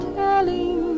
telling